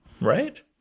Right